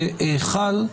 חל.